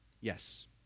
Yes